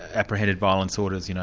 apprehended violence orders, you know